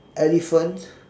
elephant